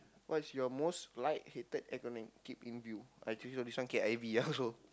what's your most liked hated acronym keep in view I think so this one K_I_V also